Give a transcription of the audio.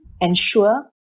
ensure